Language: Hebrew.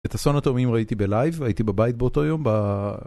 את אסון התאומים ראיתי בלייב, הייתי בבית באותו יום.